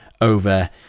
over